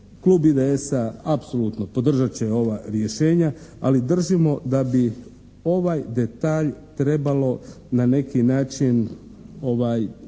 Klub IDS-a apsolutno podržat će ova rješenja, ali držimo da bi ovaj detalj trebalo na neki način